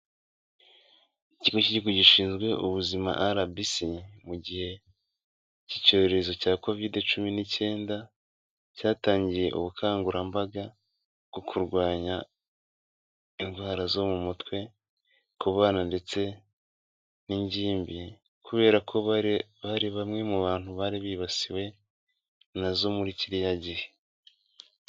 Ikigo cy'igihugu gishinzwe ubuzima RBC, mu gihe cy'icyorezo cya covid cumi n'icyenda cyatangiye ubukangurambaga bwo kurwanya indwara zo mu mutwe ku bana ndetse n'ingimbi kubera ko bari bamwe mu bantu bari bibasiwe nazo muri kiriya gihe.